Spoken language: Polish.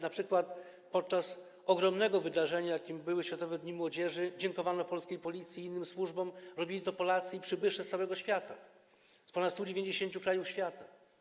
Na przykład podczas ogromnego wydarzenia, jakim były Światowe Dni Młodzieży, dziękowano polskiej policji i innym służbom, a robili to Polacy i przybysze z całego świata, z ponad 190 krajów świata.